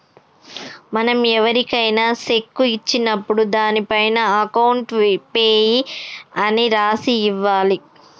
మనం ఎవరికైనా శెక్కు ఇచ్చినప్పుడు దానిపైన అకౌంట్ పేయీ అని రాసి ఇవ్వాలి